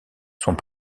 sont